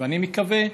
אני מקווה.